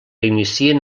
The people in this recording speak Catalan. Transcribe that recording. inicien